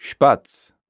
Spatz